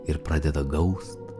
ir pradeda gaust